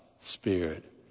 Spirit